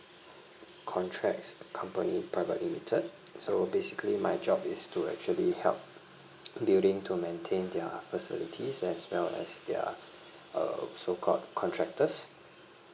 contracts company private limited so basically my job is to actually help building to maintain their facilities as well as their uh so called contractors